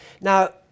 Now